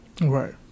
Right